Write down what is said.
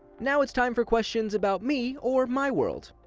now it's time for questions about me, or my world!